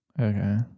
Okay